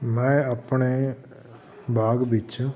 ਮੈਂ ਆਪਣੇ ਬਾਗ਼ ਵਿੱਚ